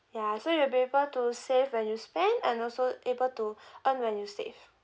ya so you'll be able to save when you spend and also able to earn when you save